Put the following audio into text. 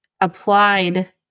applied